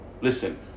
Listen